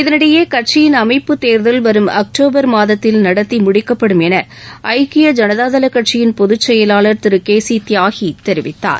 இதனிடையே கட்சியின் அமைப்பு தேர்தல் வரும் அக்டோபர் மாதத்தில் நடத்தி முடிக்கப்படும் என ஐக்கிய ஜனதாதள கட்சியின் பொது செயலாளா் திரு கே சி தியாகி தெரிவித்தார்